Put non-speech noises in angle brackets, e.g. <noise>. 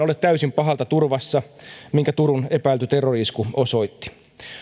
<unintelligible> ole täysin pahalta turvassa minkä turun epäilty terrori isku osoitti